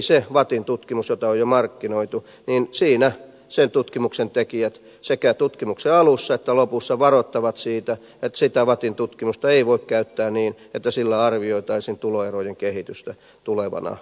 siinä vattin tutkimuksessa jota on jo markkinoitu sen tutkimuksen tekijät sekä tutkimuksen alussa että lopussa varoittavat siitä että sitä vattin tutkimusta ei voi käyttää niin että sillä arvioitaisiin tuloerojen kehitystä tulevana vuonna